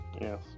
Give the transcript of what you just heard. yes